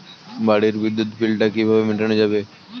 বাড়ির বিদ্যুৎ বিল টা কিভাবে মেটানো যাবে?